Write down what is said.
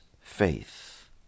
faith